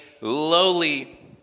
lowly